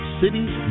cities